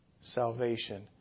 salvation